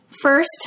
first